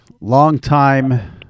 longtime